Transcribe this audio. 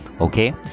Okay